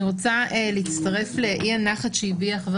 אני רוצה להצטרף לאי הנחת שהביע חבר